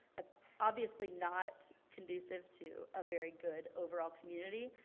that's obviously not conducive to a very good overall community,